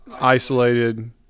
isolated